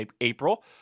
April